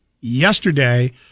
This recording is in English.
yesterday